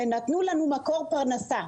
ונתנו לנו מקור פרנסה.